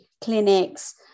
clinics